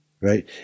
Right